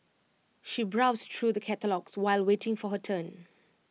she browsed through the catalogues while waiting for her turn